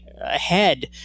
ahead